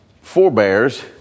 forebears